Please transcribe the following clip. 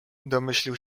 domyślił